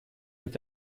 mit